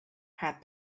had